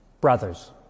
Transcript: Brothers